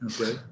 Okay